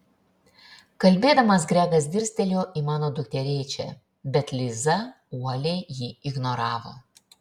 kalbėdamas gregas dirstelėjo į mano dukterėčią bet liza uoliai jį ignoravo